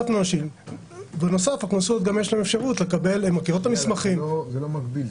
זה לא מגביל.